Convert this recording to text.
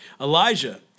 Elijah